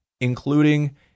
including